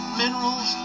minerals